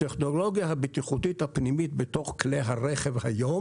הטכנולוגיה הבטיחותית הפנימית בתוך כלי הרכב היום,